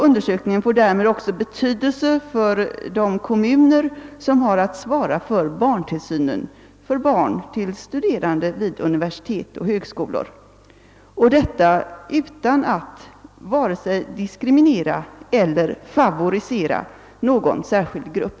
Undersökningen får därmed också betydelse för de kommuner som har att svara för barntillsynen för barn till studerande vid universitet och högskolor — och detta utan att vare sig diskriminera eller favorisera någon särskild grupp.